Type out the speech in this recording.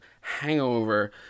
Hangover